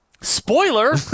Spoiler